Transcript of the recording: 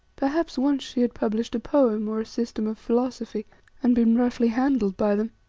perhaps once she had published a poem or a system of philosophy and been roughly handled by them!